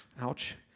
ouch